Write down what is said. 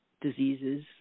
diseases